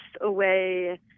away